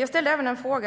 Jag frågade